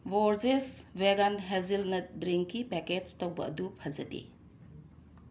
Borges vegan hazelnut ꯗ꯭ꯔꯤꯡꯒꯤ packets ꯇꯧꯕ ꯑꯗꯨ ꯐꯖꯗꯦ